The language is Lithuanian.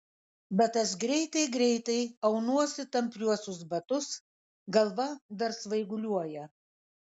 bet aš greitai greitai aunuosi tampriuosius batus galva dar svaiguliuoja